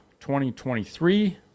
2023